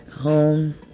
home